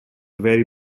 very